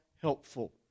helpful